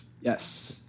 Yes